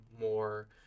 more